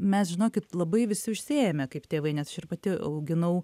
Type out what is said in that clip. mes žinokit labai visi užsiėmę kaip tėvai nes ir pati auginau